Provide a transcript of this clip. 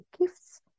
gifts